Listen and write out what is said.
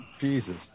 Jesus